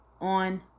on